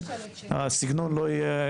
הסגנון לא יהיה,